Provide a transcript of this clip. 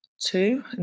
two